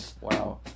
wow